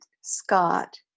Scott